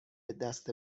دست